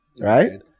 right